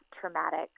traumatic